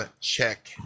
check